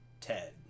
Ted